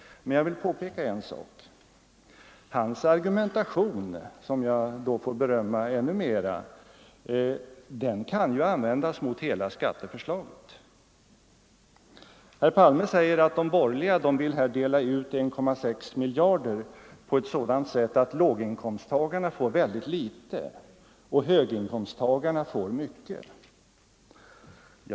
Men jag vill påpeka en sak. Hans argumentation — som jag då får berömma ännu mer —- kan ju användas mot hela skatteförslaget. Herr Palme säger att de borgerliga vill dela ut 1,6 miljarder på ett sådant sätt att låginkomsttagarna får väldigt litet och höginkomsttagarna får mycket.